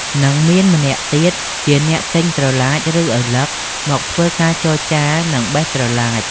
និងមានម្នាក់ទៀតជាអ្នកទិញត្រឡាចឬឪឡឹកមកធ្វើការចរចានិងបេះត្រឡាច។